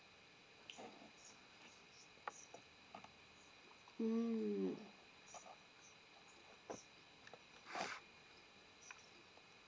mm